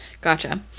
Gotcha